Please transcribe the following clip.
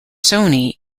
sony